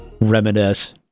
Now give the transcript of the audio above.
Reminisce